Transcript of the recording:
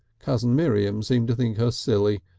cousin miriam seemed to think her silly,